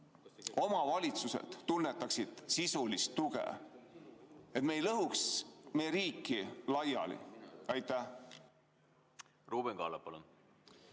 omavalitsused tunnetaksid sisulist tuge ja et me ei lõhuks meie riiki laiali. Ruuben